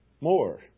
More